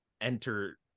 enter